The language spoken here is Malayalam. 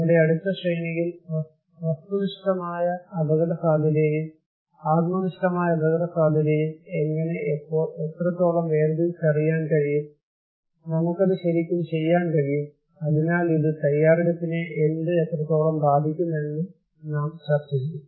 നമ്മുടെ അടുത്ത ശ്രേണിയിൽ വസ്തുനിഷ്ഠമായ അപകടസാധ്യതയെയും ആത്മനിഷ്ഠമായ അപകടസാധ്യതയെയും എങ്ങനെ എപ്പോൾ എത്രത്തോളം വേർതിരിച്ചറിയാൻ കഴിയും നമുക്ക് അത് ശരിക്കും ചെയ്യാൻ കഴിയും അതിനാൽ ഇത് തയ്യാറെടുപ്പിനെ എന്ത് എത്രത്തോളം ബാധിക്കും എന്ന് നാംചർച്ച ചെയ്യും